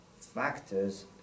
factors